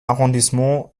arrondissement